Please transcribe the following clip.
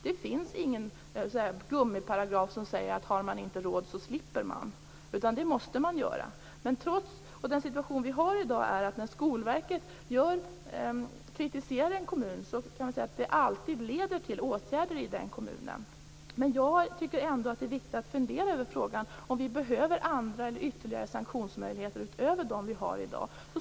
Det finns ingen gummiparagraf som säger att har man inte råd, så slipper man. Man måste göra detta. Den situation som vi har i dag är att när Skolverket kritiserar en kommun leder det alltid till åtgärder i den kommunen. Det är ändå viktigt att fundera över om vi behöver andra eller ytterligare sanktionsmöjligheter utöver dem vi har i dag.